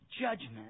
judgment